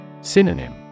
Synonym